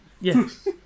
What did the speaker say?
yes